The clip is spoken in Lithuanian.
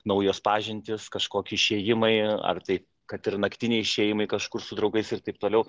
naujos pažintys kažkokie išėjimai ar tai kad ir naktiniai išėjimai kažkur su draugais ir taip toliau